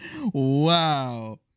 Wow